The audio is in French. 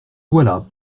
voilà